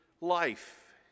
life